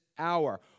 Hour